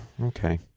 Okay